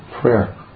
prayer